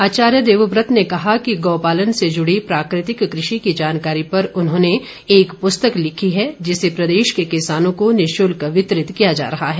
उन्होंने कहा कि गौ पालन से जुड़ी प्राकृतिक कृषि की जानकारी पर उन्होंने एक पुस्तक लिखी है जिसे प्रदेश के किसानों को निशुल्क वितरित किया जा रहा है